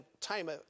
time